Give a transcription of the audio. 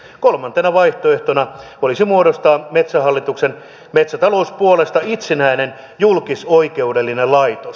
kolmantena vaihtoehtona olisi muodostaa metsähallituksen metsätalouspuolesta itsenäinen julkisoikeudellinen laitos